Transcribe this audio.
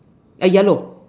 yellow